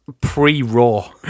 pre-RAW